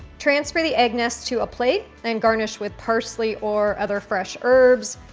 transfer the egg nest to a plate and garnish with parsley or other fresh herbs,